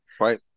Right